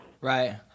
Right